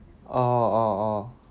oh oh oh